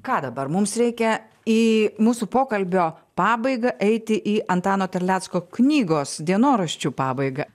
ką dabar mums reikia į mūsų pokalbio pabaigą eiti į antano terlecko knygos dienoraščių pabaigą